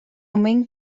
mink